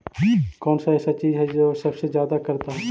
कौन सा ऐसा चीज है जो सबसे ज्यादा करता है?